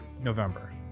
November